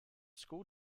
school